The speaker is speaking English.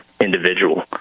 individual